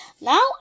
Now